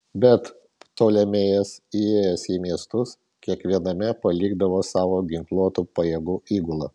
bet ptolemėjas įėjęs į miestus kiekviename palikdavo savo ginkluotų pajėgų įgulą